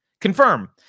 Confirm